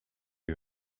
who